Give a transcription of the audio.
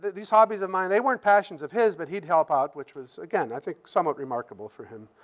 these hobbies of mine, they weren't passions of his, but he'd help out, which was, again, i think somewhat remarkable for him.